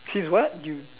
he's what you